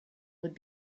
would